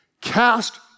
Cast